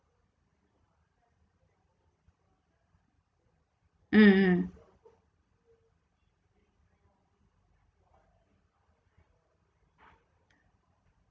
mmhmm